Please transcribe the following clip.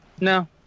No